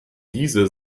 diese